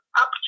up